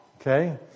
okay